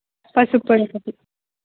పసుపు పొడి ఒకటి